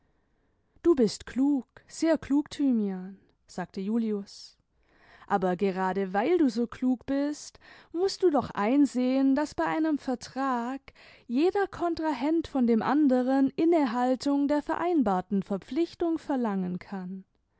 du bist klug sehr klug thymian sagte julius aber gerade weil du so klug bist mußt du doch einsehen daß bei einem vertrag jeder kontrahent von dem anderen innehaltung der vereinbarten verpflichtung verlangen kann